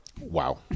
wow